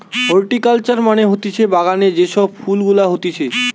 horticulture মানে হতিছে বাগানে যে সব ফুল গুলা হতিছে